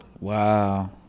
Wow